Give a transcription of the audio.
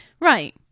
Right